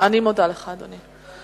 אני מודה לך, אדוני.